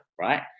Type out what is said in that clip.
right